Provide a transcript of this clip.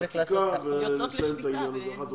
חקיקה ונסיים את העניין הזה אחת ולתמיד.